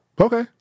okay